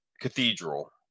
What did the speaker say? Cathedral